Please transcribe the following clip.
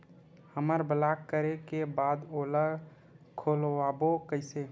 हमर ब्लॉक करे के बाद ओला खोलवाबो कइसे?